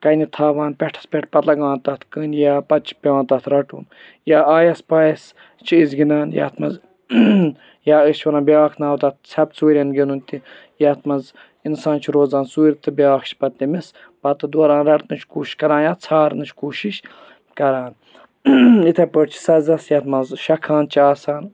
کَنہِ تھاوان پیٛوٹھُس پٮ۪ٹھ پَتہٕ لَگاوان تَتھ کنۍ یا پَتہٕ چھِ پیٚوان تَتھ رَٹُن یا آیَس پایَس چھِ أسۍ گِنٛدان یَتھ منٛز یا أسۍ چھِ وَنان بیٛاکھ ناو تَتھ ژھیٚپہٕ ژوٗریٚن گِنٛدُن تہِ یَتھ منٛز اِنسان چھُ روزان ژوٗرِ تہٕ بیٛاکھ چھُ پَتہٕ تٔمِس پَتہٕ دوران رَٹنٕچۍ کوٗشِش کَران یا ژھارنٕچ کوٗشِش کَران یِتھٔے پٲٹھۍ چھِ سَزَس یَتھ مَنٛز شےٚ خانہ چھِ آسان